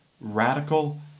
radical